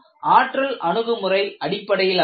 இதுவும் ஆற்றல் அணுகுமுறை அடிப்படையிலானது